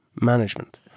management